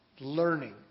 learning